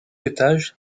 étage